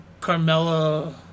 Carmella